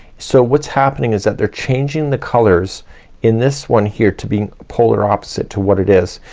so what's happening is that they're changing the colors in this one here to being polar opposite to what it is.